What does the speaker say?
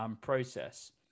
process